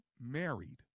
married